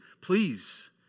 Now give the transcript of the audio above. please